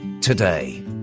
today